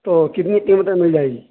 تو کتنے کی قیمت میں مل جائے گی